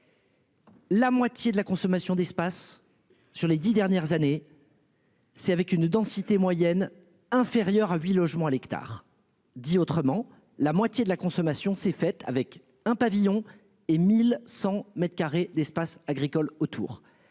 La moitié de la consommation d'espace. Sur les 10 dernières années. C'est avec une densité moyenne inférieure à 8 logements à l'hectare. Dit autrement, la moitié de la consommation s'est faite avec un pavillon et 1100 m2 d'espaces agricoles autour.